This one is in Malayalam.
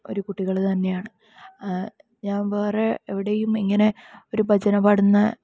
ഒരു കുട്ടികൾ തന്നെയാണ് ഞാൻ വേറെ എവിടെയും ഇങ്ങനെ ഒരു ഭജന പാടുന്ന